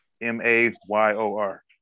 M-A-Y-O-R